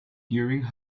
during